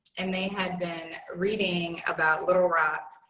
and they had been reading about little rock